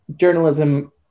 journalism